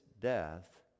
death